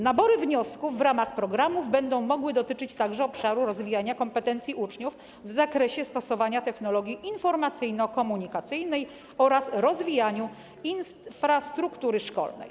Nabory wniosków w ramach programów będą mogły dotyczyć także obszaru rozwijania kompetencji uczniów w zakresie stosowania technologii informacyjno-komunikacyjnej oraz rozwijania infrastruktury szkolnej.